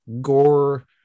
gore